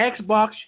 Xbox